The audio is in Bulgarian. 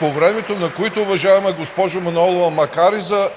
по времето на които, уважаема госпожо Манолова, макар и за